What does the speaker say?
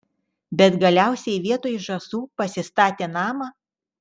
bet galiausiai vietoj žąsų pasistatė namą